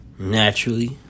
Naturally